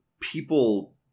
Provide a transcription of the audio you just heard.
people